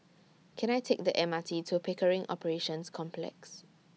Can I Take The M R T to Pickering Operations Complex